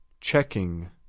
Checking